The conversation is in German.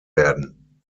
werden